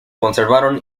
conservaron